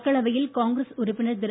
மக்களவையில் காங்கிரஸ் உறுப்பினர் திரு